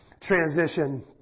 transition